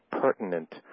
pertinent